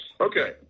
Okay